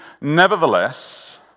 Nevertheless